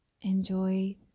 enjoy